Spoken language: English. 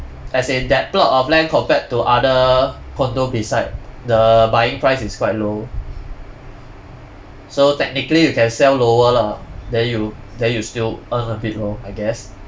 as in that block of land compared to other condo beside the buying price is quite low so technically you can sell lower lah then you then you still earn a bit lor I guess